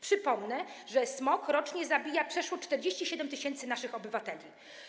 Przypomnę, że smog rocznie zabija przeszło 47 tys. naszych obywateli.